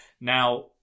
now